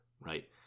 right